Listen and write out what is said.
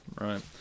Right